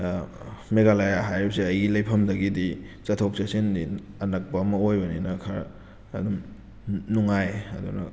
ꯃꯦꯒꯥꯂꯌꯥ ꯍꯥꯏꯔꯤꯕꯁꯦ ꯑꯩꯒꯤ ꯂꯩꯐꯝꯗꯒꯤꯗꯤ ꯆꯠꯊꯣꯛ ꯆꯠꯁꯤꯟꯗꯤ ꯑꯅꯛꯄ ꯑꯃ ꯑꯣꯏꯕꯅꯤꯅ ꯈꯔ ꯑꯗꯨꯝ ꯅꯨꯡꯉꯥꯏ ꯑꯗꯨꯅ